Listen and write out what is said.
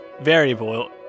variable